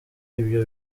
ibyo